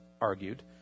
argued